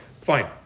Fine